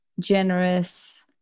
generous